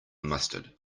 mustard